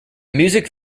music